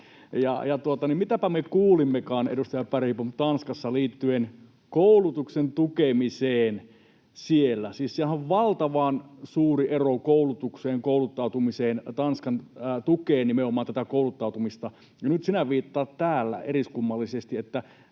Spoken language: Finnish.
Mitäpä me kuulimmekaan, edustaja Bergbom, Tanskassa liittyen koulutuksen tukemiseen siellä? Siis siellähän on valtavan suuri ero koulutukseen, kouluttautumiseen. Tanska tukee nimenomaan tätä kouluttautumista, ja nyt sinä viittaat täällä eriskummallisesti,